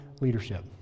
leadership